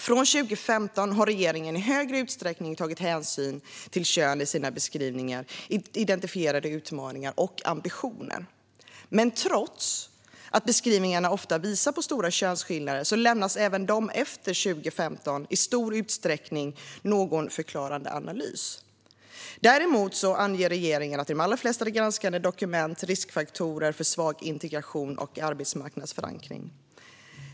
Från 2015 har regeringen i större utsträckning tagit hänsyn till kön i sina beskrivningar, identifierade utmaningar och ambitioner. Men trots att beskrivningarna ofta visar på stora könsskillnader lämnas de även efter 2015 i stor utsträckning utan någon förklarande analys. Däremot anger regeringen i de allra flesta granskade dokument riskfaktorer för svag integration och arbetsmarknadsförankring.